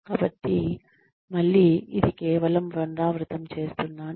కాబట్టి మళ్ళీ ఇది కేవలం పునరావృతం చేస్తున్నాను